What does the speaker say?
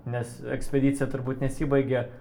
nes ekspedicija turbūt nesibaigia